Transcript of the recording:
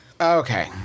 Okay